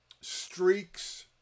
streaks